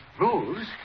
Rules